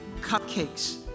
cupcakes